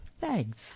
Thanks